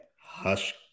Hush